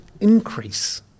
increase